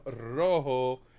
Rojo